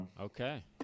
okay